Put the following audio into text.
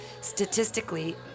Statistically